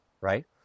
right